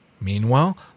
Meanwhile